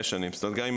קודם כל אני